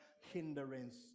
hindrance